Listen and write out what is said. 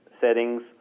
settings